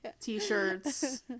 t-shirts